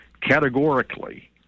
categorically